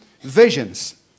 visions